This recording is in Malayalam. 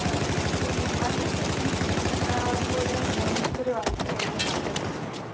പിന്നെ അതിനുശേഷം അതുപോലെ മിസ്റ്ററി വായിച്ചിട്ടുള്ളത് ഹങ്കർ ഗെയിംസാണ്